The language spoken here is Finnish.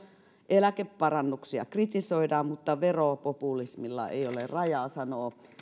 eläkeparannuksia kritisoidaan mutta veropopulismilla ei ole rajaa sanoo